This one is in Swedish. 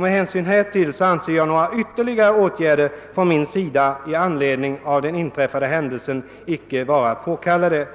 Med hänsyn härtill anser jag några ytterligare åtgärder från min sida i anledning av den inträffade händelsen icke vara påkallade.»